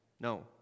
No